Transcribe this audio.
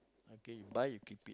okay you buy you keep it